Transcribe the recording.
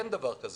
אין דבר כזה.